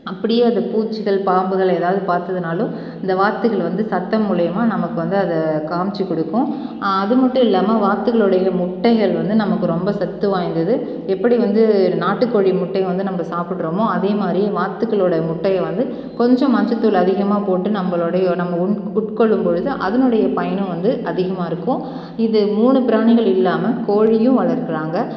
அப்படியே அது பூச்சிகள் பாம்புகள் எதாவது பார்த்துதுனாலும் இந்த வாத்துகள் வந்து சத்தம் மூலயமா நமக்கு வந்து அதை காமித்து கொடுக்கும் அது மட்டும் இல்லாமல் வாத்துக்களுடைய முட்டைகள் வந்து நமக்கு ரொம்ப சத்து வாய்ந்தது எப்படி வந்து நாட்டுக்கோழி முட்டை வந்து நம்ம சாப்பிட்றோமோ அதேமாதிரி வாத்துக்களோடய முட்டையை வந்து கொஞ்சம் மஞ்சள்தூள் அதிகமாக போட்டு நம்மளோடைய நம்ம உட்கொள்ளும் பொழுது அதனுடைய பயனும் வந்து அதிகமாக இருக்கும் இது மூணு பிராணிகள் இல்லாமல் கோழியும் வளர்க்கிறாங்க